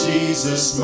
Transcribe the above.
Jesus